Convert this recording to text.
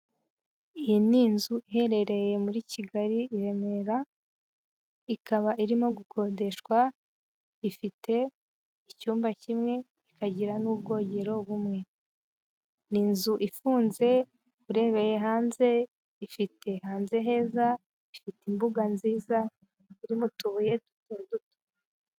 Iyi ni inzu iherereye muri Kigali - i Remera, ikaba irimo gukodeshwa, ifite icyumba kimwe, ikagira n'ubwogero bumwe, ni inzu ifunze urebeye hanze, ifite hanze heza, ifite imbuga nziza, irimo utubuye duto duto.